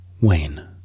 Wayne